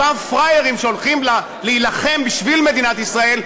אותם פראיירים שהולכים להילחם בשביל מדינת ישראל,